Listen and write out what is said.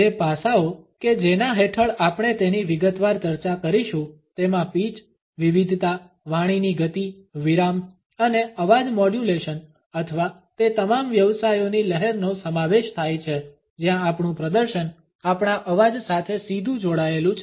જે પાસાઓ કે જેના હેઠળ આપણે તેની વિગતવાર ચર્ચા કરીશું તેમાં પીચ વિવિધતા વાણીની ગતિ વિરામ અને અવાજ મોડ્યુલેશન અથવા તે તમામ વ્યવસાયોની લહેરનો સમાવેશ થાય છે જ્યાં આપણું પ્રદર્શન આપણા અવાજ સાથે સીધું જોડાયેલું છે